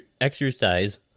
exercise